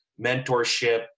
mentorship